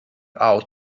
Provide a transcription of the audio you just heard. out